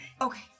Okay